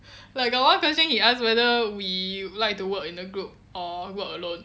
like got one question he ask whether we like to work in a group or work alone